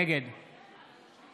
נגד